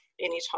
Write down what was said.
anytime